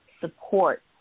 support